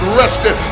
rested